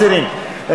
מסירים.